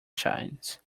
shines